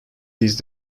these